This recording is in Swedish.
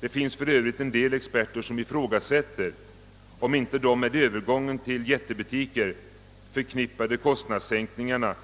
Det finns för Övrigt experter som ifrågasätter, om inte de med övergången till jättebutiker förknippade kostnadssänkningarna